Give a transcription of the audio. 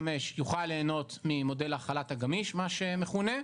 יוכל ליהנות ממודל החל"ת הגמיש מה שמכונה.